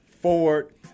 Ford